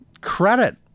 credit